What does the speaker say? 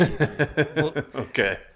Okay